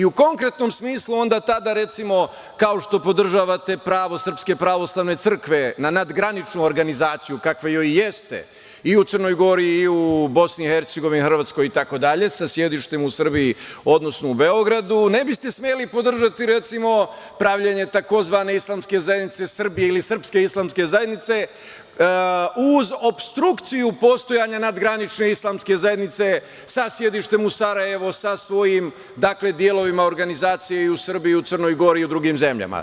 I u konkretnom smislu, onda tada, recimo, kao što podržavate pravo SPC na nadgraničnu organizaciju, kakva joj i jeste i u Crnoj Gori i u Bosni i Hercegovini, Hrvatskoj itd, sa sedištem u Srbiji, odnosno u Beogradu, ne biste smeli podržati, recimo, pravljenje tzv. islamske zajednice Srbije ili srpske islamske zajednice uz opstrukciju postojanja nadgranične islamske zajednice sa sedištem u Sarajevu sa svojim delovima organizacije i u Srbiji i u Crnoj Gori i u drugim zemljama.